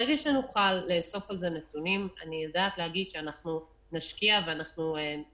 ברגע שנוכל לאסוף על זה נתונים אני יודעת להגיד שאנחנו נשקיע וניתן